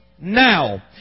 Now